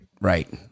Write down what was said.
right